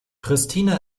pristina